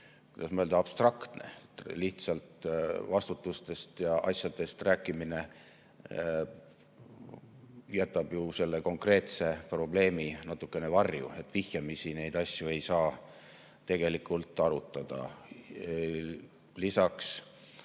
kuidas öelda, abstraktne. Lihtsalt vastutustest ja asjadest rääkimine jätab ju selle konkreetse probleemi natukene varju, vihjamisi neid asju ei saa tegelikult arutada. Lisaks,